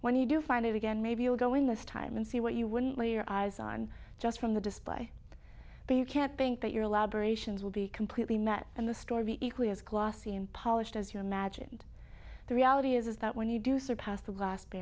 when you do find it again maybe you'll go in this time and see what you wouldn't leave your eyes on just from the display but you can't think that your elaborations will be completely met and the story equally as glossy and polished as you imagined the reality is that when you do surpass the